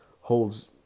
holds